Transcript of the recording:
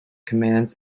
commands